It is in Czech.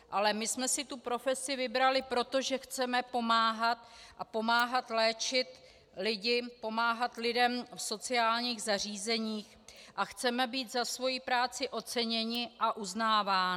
Ale my jsme si tu profesi vybraly proto, že chceme pomáhat, a pomáhat léčit lidi, pomáhat lidem v sociálních zařízeních a chceme být za svoji práci oceněny a uznávány.